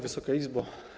Wysoka Izbo!